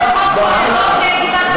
מוכנים לעזור,